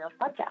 podcast